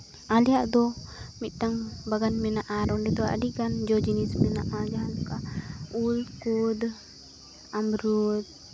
ᱟᱞᱮᱭᱟᱜ ᱫᱚ ᱢᱤᱫᱴᱟᱝ ᱵᱟᱜᱟᱱ ᱢᱮᱱᱟᱜᱼᱟ ᱟᱨ ᱚᱸᱰᱮ ᱫᱚ ᱟᱹᱰᱤ ᱜᱟᱱ ᱡᱚ ᱡᱤᱱᱤᱥ ᱢᱮᱱᱟᱜᱼᱟ ᱡᱟᱦᱟᱸ ᱠᱚᱫᱚ ᱩᱞ ᱠᱩᱫ ᱟᱢᱨᱩᱫ